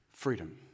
Freedom